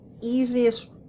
easiest